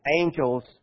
angels